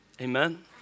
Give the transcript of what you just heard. Amen